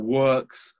works